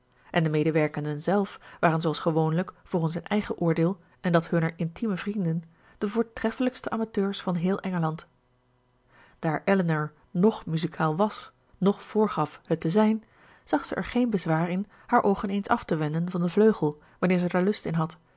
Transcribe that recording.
en de medewerkenden zelf waren zooals gewoonlijk volgens hun eigen oordeel en dat hunner intieme vrienden de voortreffelijkste amateurs van heel engeland daar elinor noch muzikaal was noch voorgaf het te zijn zag zij er geen bezwaar in haar oogen eens af te wenden van den vleugel wanneer zij daar lust in had